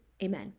Amen